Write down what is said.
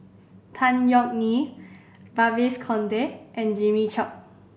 Tan Yeok Nee Babes Conde and Jimmy Chok